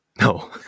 No